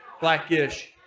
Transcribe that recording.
Black-ish